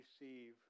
receive